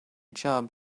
job